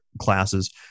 classes